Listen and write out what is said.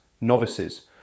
novices